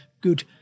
good